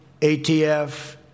ATF